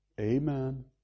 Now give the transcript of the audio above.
Amen